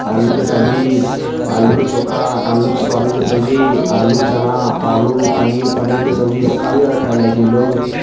आलूके सब्जी आलूके चोखा आलू सोयाबीनके सब्जी आलू चना आलू पनीर पनीरके सब्जी सभ काफी जादा खायल जाइ छै लोग